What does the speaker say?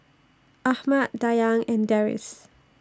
Ahmad Dayang and Deris